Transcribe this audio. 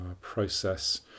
process